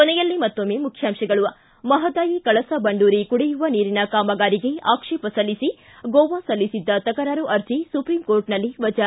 ಕೊನೆಯಲ್ಲಿ ಮತ್ತೊಮ್ಮೆ ಮುಖ್ಯಾಂಶಗಳು ಿ ಮಹದಾಯಿ ಕಳಸಾ ಬಂಡೂರಿ ಕುಡಿಯುವ ನೀರಿನ ಕಾಮಗಾರಿಗೆ ಆಕ್ಷೇಪ ಸಲ್ಲಿಸಿ ಗೋವಾ ಸಲ್ಲಿಸಿದ್ದ ತಕರಾರು ಅರ್ಜಿ ಸುಪ್ರೀಂ ಕೋರ್ಟ್ನಲ್ಲಿ ವಜಾ